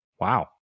Wow